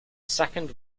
second